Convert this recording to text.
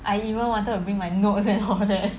I even wanted to bring my notes and all there